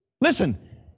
Listen